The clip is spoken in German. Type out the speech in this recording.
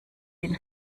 ihn